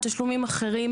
תשלומים אחרים,